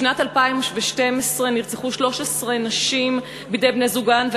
בשנת 2012 נרצחו 13 נשים בידי בני-זוגן,